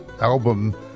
album